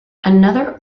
another